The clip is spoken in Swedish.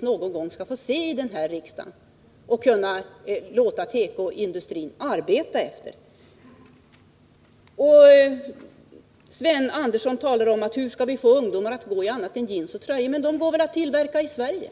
någon gång skall få se i riksdagen och sedan kunna låta tekoindustrin arbeta efter. Sven Andersson frågar: Hur skall vi få ungdomarna att gå i annat än jeans och tröjor? Men de kläderna går väl att tillverka i Sverige?